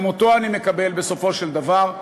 גם אותו אני מקבל בסופו של דבר.